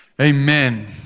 Amen